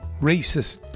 racist